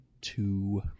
two